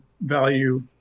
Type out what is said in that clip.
value